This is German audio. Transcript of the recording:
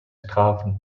strafen